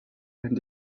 and